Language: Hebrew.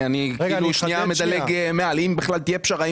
אם בכלל תהיה פשרה,